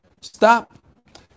Stop